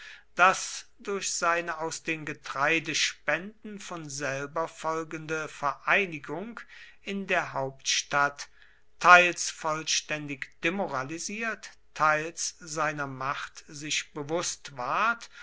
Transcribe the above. das durch seine aus den getreidespenden von selber folgende vereinigung in der hauptstadt teils vollständig demoralisiert teils seiner macht sich bewußt ward